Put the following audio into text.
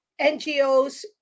NGOs